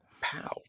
Pow